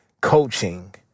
coaching